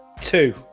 Two